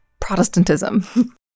Protestantism